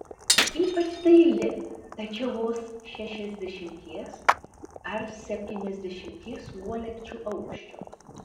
ypač daili tačiau vos šešiasdešimties ar septyniasdešimties uolekčių aukščio